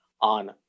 on